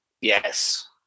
Yes